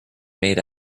made